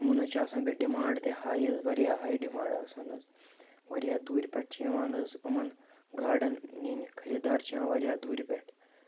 یِمَن حظ چھِ آسان بیٚیہِ ڈِمانٛڈ تہِ ہاے حظ واریاہ ہاے ڈِمانٛڈ آسان حظ واریاہ دوٗرِ پٮ۪ٹھ چھِ یِوان حظ یِمَن گاڈَن نِنہِ خریٖدار چھِ یِوان واریاہ دوٗرِ پٮ۪ٹھ